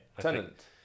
Tenant